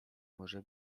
może